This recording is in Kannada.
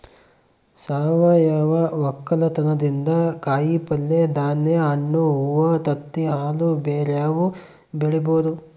ಸಾವಯವ ವಕ್ಕಲತನದಿಂದ ಕಾಯಿಪಲ್ಯೆ, ಧಾನ್ಯ, ಹಣ್ಣು, ಹೂವ್ವ, ತತ್ತಿ, ಹಾಲು ಬ್ಯೆರೆವು ಬೆಳಿಬೊದು